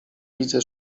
widzę